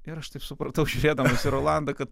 ir aš taip supratau žiūrėdamas į rolandą kad